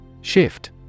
Shift